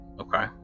Okay